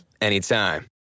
anytime